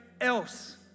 else